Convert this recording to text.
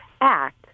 act